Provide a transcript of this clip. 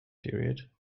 period